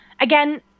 again